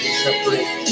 separate